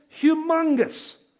humongous